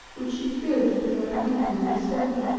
which she feared that they might weaken or distemper,